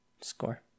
score